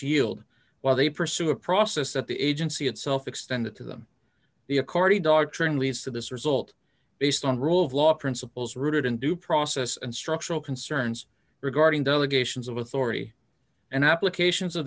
yield while they pursue a process that the agency itself extended to them the according to our training leads to this result based on rule of law principles rooted in due process and structural concerns regarding delegations of authority and applications